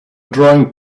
drawing